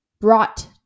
brought